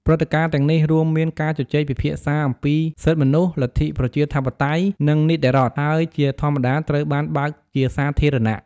ព្រឹត្តិការណ៍ទាំងនេះរួមមានការជជែកពិភាក្សាអំពីសិទ្ធិមនុស្ស លទ្ធិប្រជាធិបតេយ្យ និងនីតិរដ្ឋ ហើយជាធម្មតាត្រូវបានបើកជាសាធារណៈ។